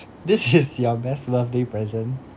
this is your best birthday present